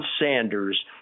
Sanders